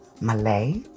Malay